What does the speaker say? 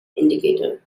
indicator